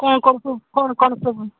କ'ଣ କ'ଣ ସବୁ କ'ଣ କ'ଣ ସବୁ